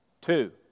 two